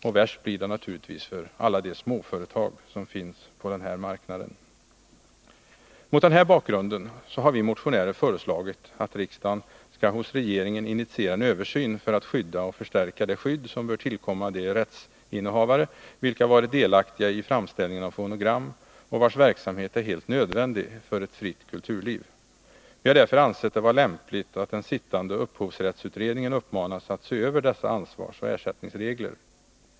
Och värst blir det naturligtvis för alla de småföretag som finns på denna marknad. Mot den här bakgrunden har vi motionärer föreslagit att riksdagen skall hos regeringen initiera en översyn för att förstärka det skydd som bör tillkomma de rättsinnehavare som har varit delaktiga i framställningen av fonogram och vilkas verksamhet är helt nödvändig för ett fritt kulturliv. Vi har därför ansett det vara lämpligt att den sittande upphovsrättsutredningen uppmanas se över dessa ansvarsoch ersättningsregler.